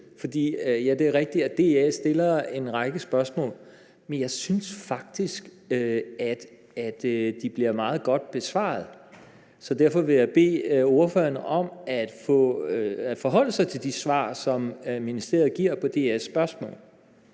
for det er rigtigt, at DA stiller en række spørgsmål, men jeg synes faktisk, at de bliver meget godt besvaret. Derfor vil jeg bede ordføreren om at forholde sig til de svar, som ministeriet giver på de her spørgsmål.